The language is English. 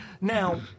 Now